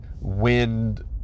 wind